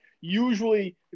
Usually